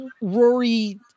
Rory